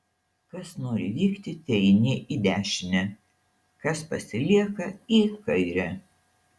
kas nori vykti teeinie į dešinę kas pasilieka į kairę